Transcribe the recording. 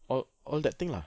all all that thing lah